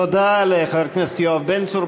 תודה לחבר הכנסת יואב בן צור.